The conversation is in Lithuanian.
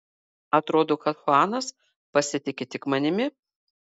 atrodo kad chuanas pasitiki tik manimi